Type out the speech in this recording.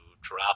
drop